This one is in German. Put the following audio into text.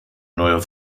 neue